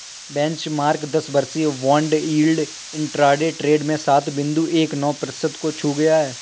benchmark दस वर्षीय bond yield intraday trade में सात बिंदु एक नौ प्रतिशत को छू गया